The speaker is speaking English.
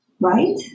Right